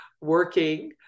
working